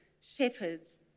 shepherds